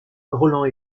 roland